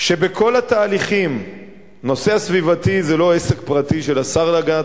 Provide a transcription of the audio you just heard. שבכל התהליכים הנושא הסביבתי הוא לא עסק פרטי של השר להגנת